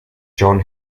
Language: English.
john